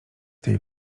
tej